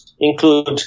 include